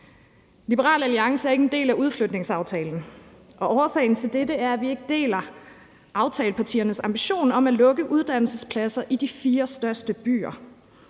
Liberal Alliance er ikke en del af udflytningsaftalen, og årsagen til det er, at vi ikke deler aftalepartiernes ambition om at lukke uddannelsespladser i de fire største byer